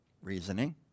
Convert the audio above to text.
Reasoning